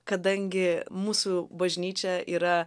kadangi mūsų bažnyčia yra